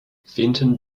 fenton